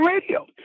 radio